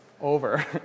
over